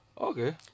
okay